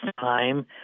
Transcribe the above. time